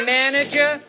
manager